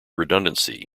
redundancy